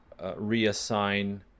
reassign